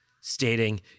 stating